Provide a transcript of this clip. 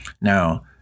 now